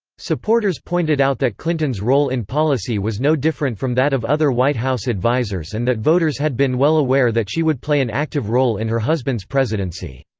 supporters pointed out that clinton's role in policy was no different from that of other white house advisors and that voters had been well aware that she would play an active role in her husband's presidency.